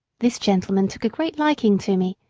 this gentleman took a great liking to me,